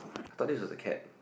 I thought this was a cat